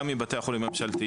גם עם בתי החולים הממשלתיים,